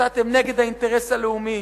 יצאתם נגד האינטרס הלאומי.